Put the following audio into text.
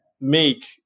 make